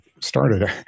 started